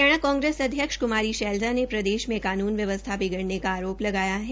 हरियाणा कांग्रेस अध्यक्ष कुमारी शैलजा ने प्रदेश में कानून व्यवस्था बिगड़ने का आरोप लगाया है